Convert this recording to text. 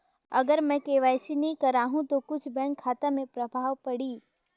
अगर मे के.वाई.सी नी कराहू तो कुछ बैंक खाता मे प्रभाव पढ़ी?